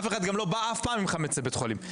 אף אחד גם לא בא אף פעם עם חמץ לבית חולים.